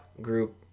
group